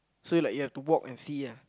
so like you have to walk and see ah